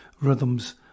rhythms